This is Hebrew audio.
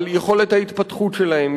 על יכולת ההתפתחות שלהם,